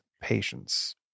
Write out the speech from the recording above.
patience